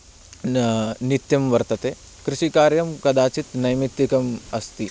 नित्यं वर्तते कृषिकार्यं कदाचित् नैमित्तिकम् अस्ति